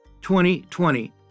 2020